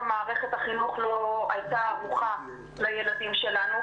מערכת החינוך לא הייתה ערוכה לילדים שלנו,